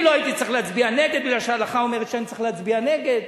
אני לא הייתי צריך להצביע נגד מפני שההלכה אומרת שאני צריך להצביע נגד.